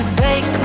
break